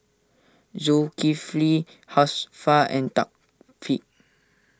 Zulkifli Hafsa and Thaqif